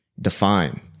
define